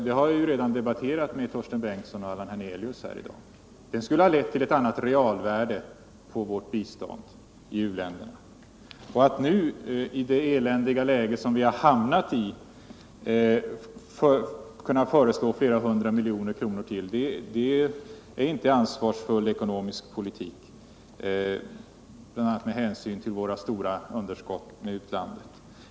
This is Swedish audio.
Det har jag f. ö. redan debatterat med Torsten Bengtson och Allan Hernelius. Vår ekonomiska politik skulle ha lett till ett annat realvärde på vårt bistånd till u-länderna. Att i det eländiga läge som vi nu har hamnat föreslå ytterligare flera hundra miljoner kronor vore inte ansvarsfull ekonomisk politik, detta bl.a. med hänsyn till våra stora underskott i förhållande till utlandet.